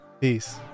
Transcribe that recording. Peace